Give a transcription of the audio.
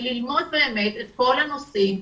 היא ללמוד באמת את כל הנושאים,